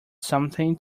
something